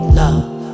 love